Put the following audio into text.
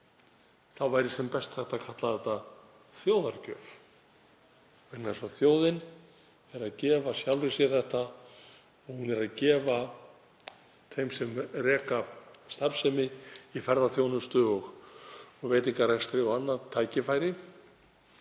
væri sem best hægt að kalla þetta þjóðargjöf vegna þess að þjóðin er að gefa sjálfri sér þetta. Hún er að gefa þeim sem reka starfsemi í ferðaþjónustu og veitingarekstri og öðru tækifæri.